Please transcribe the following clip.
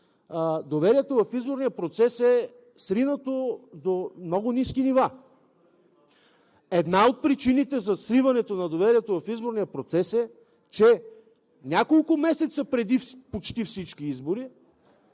доверието в изборния процес е сринато до много ниски нива. Една от причините за сриване на доверието в изборния процес е, че няколко месеца преди почти всички избори